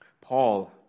Paul